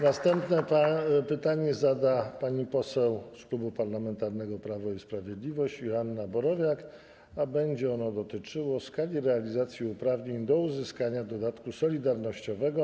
Następne pytanie zada pani poseł z Klubu Parlamentarnego Prawo i Sprawiedliwość Joanna Borowiak, a będzie ono dotyczyło skali realizacji uprawnień do uzyskania dodatku solidarnościowego.